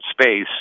space